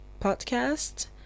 podcast